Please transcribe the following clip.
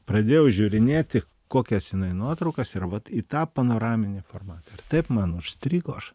pradėjau žiūrinėti kokias jinai nuotraukas ir vat į tą panoraminį formatą ir taip man užstrigo aš